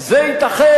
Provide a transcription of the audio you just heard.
זה ייתכן?